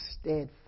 steadfast